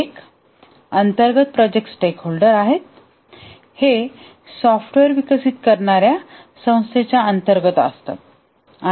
एक अंतर्गत project stakeholder आहेत हे सॉफ्टवेअर विकसित करणार्या संस्थेच्या अंतर्गत आहेत